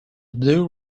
blue